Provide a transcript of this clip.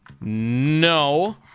No